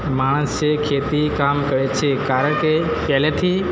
માણસે ખેતી કામ કરે છે કારણ કે પહેલેથી